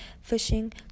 fishing